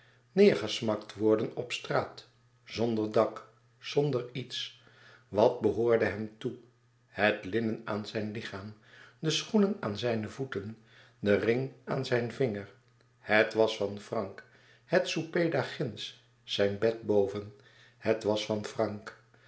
neergesmakt worden op straat zonder dak zonder iets wat behoorde hem toe het linnen aan zijn lichaam de schoenen aan zijne voeten de ring aan zijn vinger het was van frank het souper daarginds zijn bed boven het was van frank